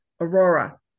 Aurora